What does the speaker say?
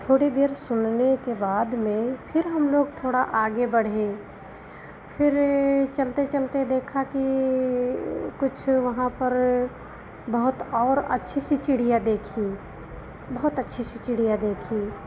थोड़ी देर सुनने के बाद में फिर हम लोग थोड़ा आगे बढ़े फिर चलते चलते देखा कि कुछ वहाँ पर बहुत और अच्छी सी चिड़िया देखी बहुत अच्छी सी चिड़िया देखी